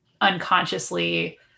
unconsciously